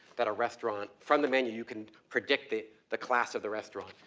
but a restaurant from the menu you can predict the the class of the restaurant.